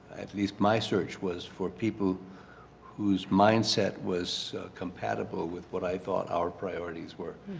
at least my search was for people whose mindset was compatible with what i thought our priorities were.